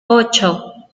ocho